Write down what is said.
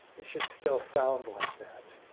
it should still sound like that.